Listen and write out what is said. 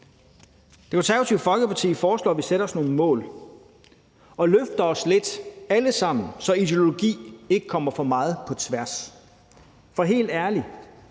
Det Konservative Folkeparti foreslår, at vi sætter os nogle mål og løfter os lidt alle sammen, så ideologi ikke kommer for meget på tværs. For helt ærligt